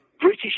British